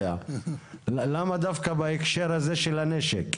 למה דווקא בהקשר הזה של הנשק?